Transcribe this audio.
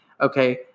Okay